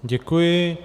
Děkuji.